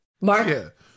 Mark